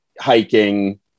hiking